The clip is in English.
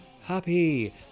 happy